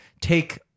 take